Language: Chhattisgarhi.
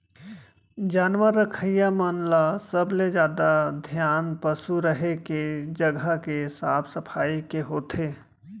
जानवर रखइया मन ल सबले जादा धियान पसु रहें के जघा के साफ सफई के होथे